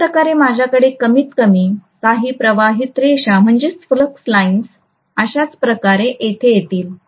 अशाप्रकारे माझ्याकडे कमीतकमी काही प्रवाहित रेषा अशाच प्रकारे येथे येतील